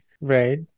Right